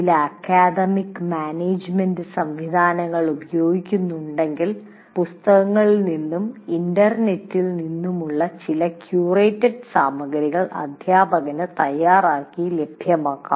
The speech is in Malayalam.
ചില അക്കാദമിക് മാനേജുമെന്റ് സംവിധാനങ്ങൾ ഉപയോഗിക്കുന്നുണ്ടെങ്കിൽ പുസ്തകങ്ങളിൽ നിന്നും ഇൻറർനെറ്റിൽ നിന്നുമുള്ള ചില ക്യൂറേറ്റഡ് സാമഗ്രികൾ അധ്യാപകന് തയ്യാറാക്കി ലഭ്യമാക്കാം